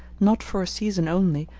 not for a season only,